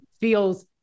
feels